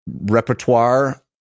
repertoire